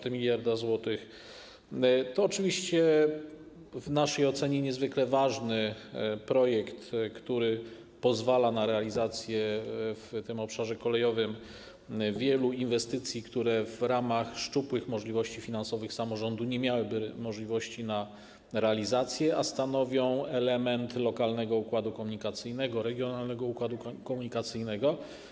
To oczywiście w naszej ocenie niezwykle ważny projekt, który pozwala na realizację w tym obszarze kolejowym wielu inwestycji, które w ramach szczupłych możliwości finansowych samorządu nie miałyby możliwości na realizację, a stanowią element lokalnego układu komunikacyjnego, regionalnego układu komunikacyjnego.